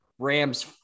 Rams